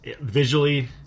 visually